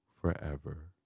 forever